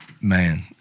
Man